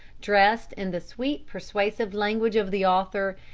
dressed in the sweet persuasive language of the author,